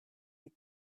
des